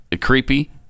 creepy